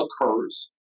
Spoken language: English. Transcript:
occurs